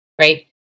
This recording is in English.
right